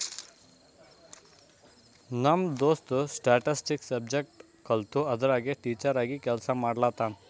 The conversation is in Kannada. ನಮ್ ದೋಸ್ತ ಸ್ಟ್ಯಾಟಿಸ್ಟಿಕ್ಸ್ ಸಬ್ಜೆಕ್ಟ್ ಕಲ್ತು ಅದುರಾಗೆ ಟೀಚರ್ ಆಗಿ ಕೆಲ್ಸಾ ಮಾಡ್ಲತಾನ್